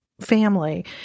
family